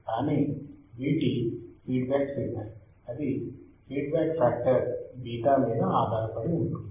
కానీ Vt feedback signal అది feedback factor β మీద ఆధారపడి ఉంటుంది